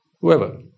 whoever